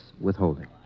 withholding